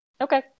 Okay